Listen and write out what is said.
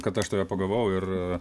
kad aš tave pagavau ir